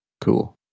Cool